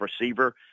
receiver